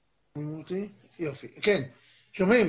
שלום.